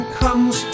comes